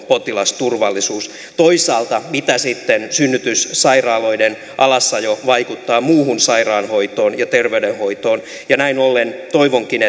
potilasturvallisuus toisaalta mitä sitten synnytyssairaaloiden alasajo vaikuttaa muuhun sairaanhoitoon ja terveydenhoitoon näin ollen toivonkin